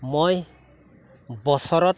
মই বছৰত